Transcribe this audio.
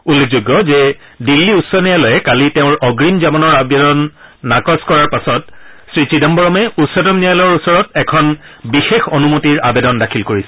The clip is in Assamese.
উল্লেখযোগ্য যে দিল্লী উচ্চ ন্যায়ালয়ে কালি তেওঁৰ অগ্ৰিম জামিনৰ আবেদন নাকচ কৰাৰ পাছত শ্ৰী চিদাম্বৰমে উচ্চতম ন্যায়ালয়ৰ ওচৰত এখন বিশেষ অনুমতিৰ আবেদন দাখিল কৰিছিল